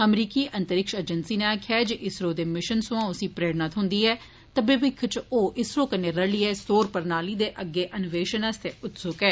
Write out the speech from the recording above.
अमरीकी अंतरिक्ष अजेंसी नै आखेया ऐ जे इजरो दे मिशन सोयां उस्सी प्रेरणा थ्होई ऐ ते भविक्ख इच ओ इजरो कन्नै रलिए सौर प्रणाली दे अग्गै अन्वेषन आसतै उत्सुक ऐ